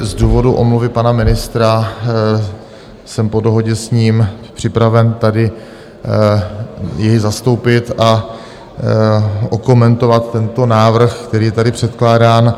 Z důvodu omluvy pana ministra jsem po dohodě s ním připraven tady jej zastoupit a okomentovat tento návrh, který je tady předkládán.